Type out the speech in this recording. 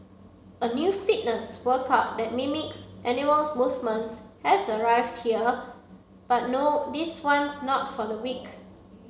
a new fitness workout that mimics animal movements has arrived here but no this one's not for the weak